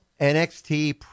NXT